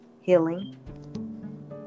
healing